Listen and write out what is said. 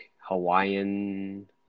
hawaiian